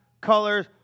colors